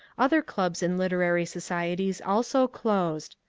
other clubs and literary societies also closed.